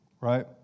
right